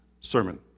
sermon